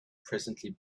presently